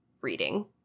reading